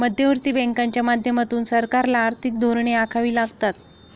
मध्यवर्ती बँकांच्या माध्यमातून सरकारला आर्थिक धोरणे आखावी लागतात